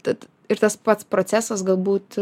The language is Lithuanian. tad ir tas pats procesas galbūt